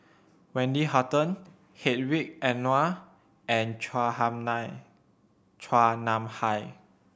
Wendy Hutton Hedwig Anuar and Chua Hai Nam Chua Nam Hai